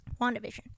WandaVision